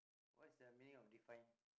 what's the meaning of define